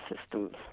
systems